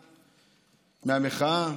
מהמחאה,